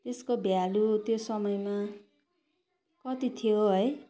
यसको भ्याल्यु त्यो समयमा कति थियो है